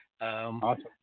Awesome